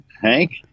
hank